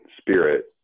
spirit